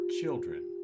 children